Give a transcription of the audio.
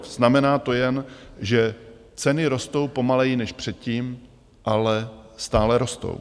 Znamená to jen, že ceny rostou pomaleji než předtím, ale stále rostou.